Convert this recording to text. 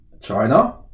China